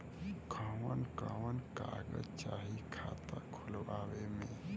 कवन कवन कागज चाही खाता खोलवावे मै?